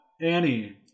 Annie